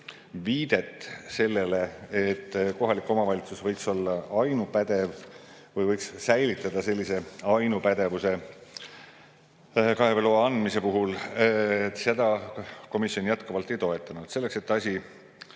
viidet sellele, et kohalik omavalitsus võiks olla ainupädev või võiks säilitada ainupädevuse kaeveloa andmise puhul, seda komisjon jätkuvalt ei toetanud. Selleks, et asi